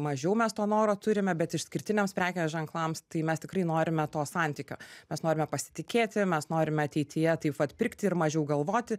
mažiau mes to noro turime bet išskirtiniams prekiniams ženklams tai mes tikrai norime to santykio mes norime pasitikėti mes norime ateityje taip pat pirkti ir mažiau galvoti